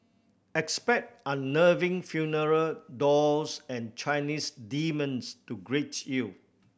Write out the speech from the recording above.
expect unnerving funeral dolls and Chinese demons to greet you